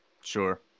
Sure